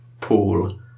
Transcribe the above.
pool